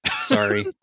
sorry